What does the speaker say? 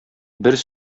бер